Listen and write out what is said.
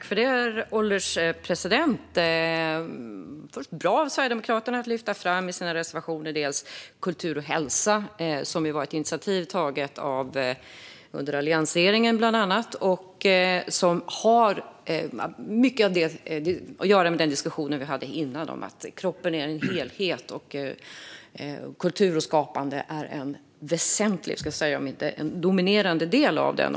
Herr ålderspresident! Det är bra av Sverigedemokraterna att de i sina reservationer lyfter fram bland annat kultur och hälsa. Det var ett initiativ som togs under alliansregeringen, bland annat. Det har mycket att göra med den diskussion vi hade tidigare om att kroppen är en helhet och att kultur och skapande är en väsentlig, om inte en dominerande, del av den.